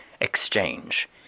Exchange